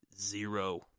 Zero